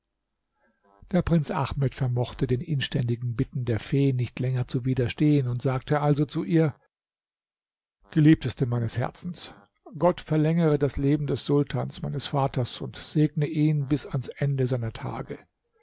der prinz ahmed vermochte den inständigen bitten der fee nicht länger zu widerstehen und sagte also zu ihr geliebteste meines herzens gott verlängere das leben des sultans meines vaters und segne ihn bis ans ende seiner tage